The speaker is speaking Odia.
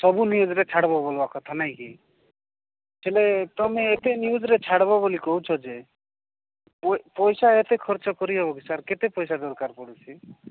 ସବୁ ନ୍ୟୁଜରେ ଛାଡ଼ିବ ବୋଲିବା କଥା ନାଇଁକି ହେଲେ ତୁମେ ଏତେ ନ୍ୟୁଜରେ ଛାଡ଼ିବ ବୋଲି କହୁଛ ଯେ ପଇସା ଏତେ ଖର୍ଚ୍ଚ କରିହେବ କିି ସାର୍ କେତେ ପଇସା ଦରକାର ପଡ଼ୁଛି